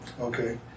Okay